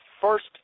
first